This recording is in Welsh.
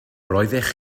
roeddech